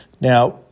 Now